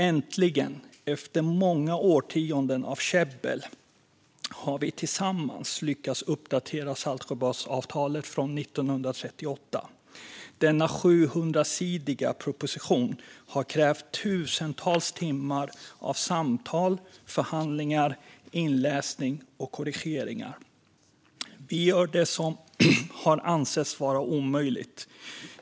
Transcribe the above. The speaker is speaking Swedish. Äntligen har vi tillsammans efter många årtionden av käbbel lyckats uppdatera Saltsjöbadsavtalet från 1938. Denna 700-sidiga proposition har krävt tusentals timmar av samtal, förhandlingar, inläsning och korrigeringar. Vi gör det som har ansetts vara omöjligt.